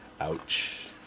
Ouch